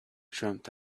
dreamt